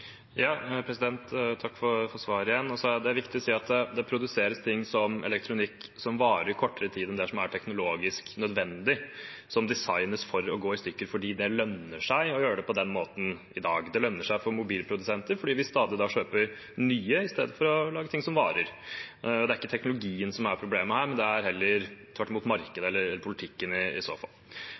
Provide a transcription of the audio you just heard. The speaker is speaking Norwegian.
er teknologisk nødvendig, som designes for å gå i stykker fordi det lønner seg å gjøre det på den måten i dag. Det lønner seg for mobilprodusenter fordi vi da stadig kjøper nye mobiltelefoner, i stedet for at de lager ting som varer. Det er ikke teknologien som er problemet her, men det er tvert imot heller markedet, eller politikken, i så fall.